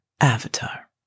avatar